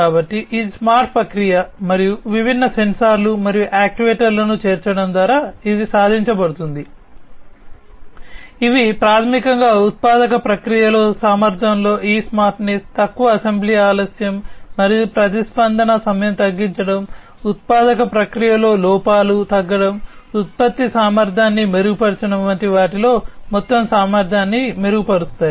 కాబట్టి ఇది స్మార్ట్ ప్రక్రియ మరియు విభిన్న సెన్సార్లు మరియు యాక్యుయేటర్లను తగ్గడం ఉత్పత్తి సామర్థ్యాన్ని మెరుగుపరచడం వంటి వాటిలో మొత్తం సామర్థ్యాన్ని మెరుగుపరుస్తాయి